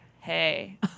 hey